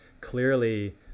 clearly